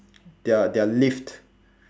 their their lift